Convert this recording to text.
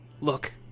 Look